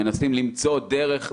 מנסים למצוא דרך,